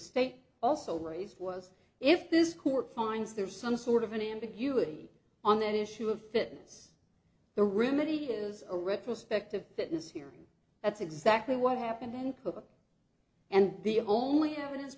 state also raised was if this court finds there's some sort of an ambiguity on that issue of fitness the remember years a retrospective fitness hearing that's exactly what happened then cook and the only evidence